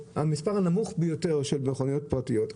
אין להם תחבורה ציבורית ויש בהם המספר הנמוך ביותר של מכוניות פרטיות.